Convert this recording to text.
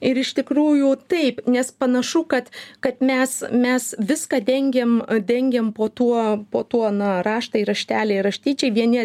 ir iš tikrųjų taip nes panašu kad kad mes mes viską dengėm dengėm po tuo po tuo na raštai rašteliai raštyčiai vieni